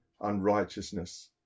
unrighteousness